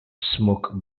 smoke